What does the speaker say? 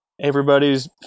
everybody's